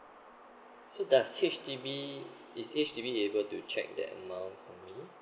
so does H_D_B is H_D_B able to check the amount for me